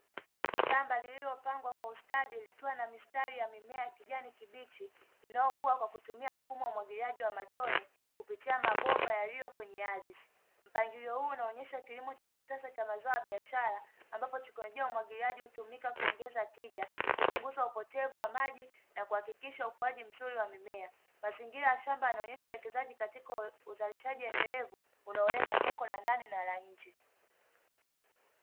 Shamba lilipangwa kwa ustadi likiwa na mistari mimea ya kijani kibichi, inayokuwa kwa kutumia mfumo wa umwagiliaji wa matone, kupitia mabomba yaliyo kwenye ardhi, mpangilio huu unaonyesha kilimo cha kisasa cha mazao ya biashara, ambapo teknolojia ya umwagiliaji hutumika kuongeza tija kupunguza upotevu wa maji na kuahakikisha ukuaji mzuri wa mimea, mazingira ya shamba yanaonesha uwekezaji katika uzalishaji endelevu unaolenga soko la ndani na nje.